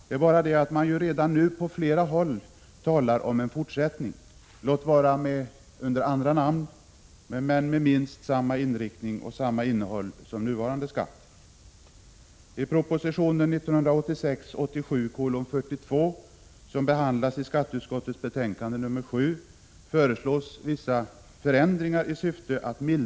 Det är bara det att man ju redan nu på flera håll talar om en fortsättning, låt vara under andra namn, men med samma inriktning och samma innehåll som nuvarande skatt.